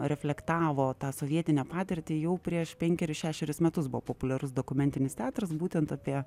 reflektavo tą sovietinę patirtį jau prieš penkerius šešerius metus buvo populiarus dokumentinis teatras būtent apie